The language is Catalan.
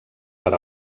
per